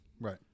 Right